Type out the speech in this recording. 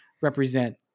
represent